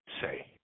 say